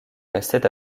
restait